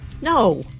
No